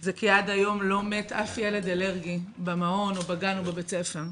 זה כי עד היום לא מת אף ילד אלרגי במעון או בגן או בבית-ספר.